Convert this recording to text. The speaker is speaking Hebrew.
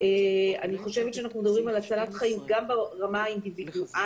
אני חושבת שאנחנו מדברים על הצלת חיים גם ברמה האינדיבידואלית